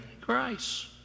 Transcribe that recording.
Christ